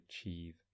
achieve